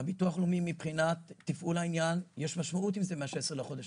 לביטוח הלאומי מבחינת תפעול העניין יש משמעות אם זה מה-16 בחודש.